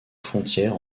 frontière